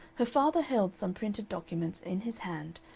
her father held some printed document in his hand,